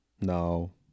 No